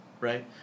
right